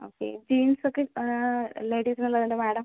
okay jeans ഒക്കെ ലേഡീസിന് ഉള്ളത് ഉണ്ട് മേഡം